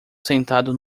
sentado